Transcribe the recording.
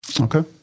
Okay